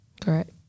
correct